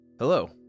Hello